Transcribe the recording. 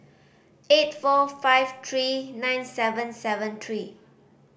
eight four five three nine seven seven three